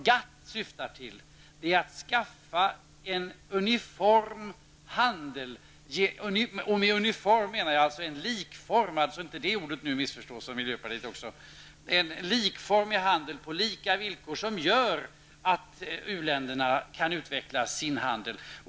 GATT syftar till att skapa en uniform handel -- med uniform handel menar jag naturligtvis en likformig handel, så nu inte detta uttryck missförstås -- på lika villkor som bidrar till att u-länderna kan utveckla sin handel.